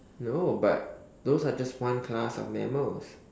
no but those are just one class of mammals